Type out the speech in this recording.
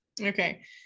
okay